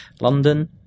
London